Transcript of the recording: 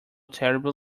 terribly